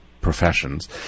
professions